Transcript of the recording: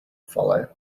follow